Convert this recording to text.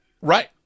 Right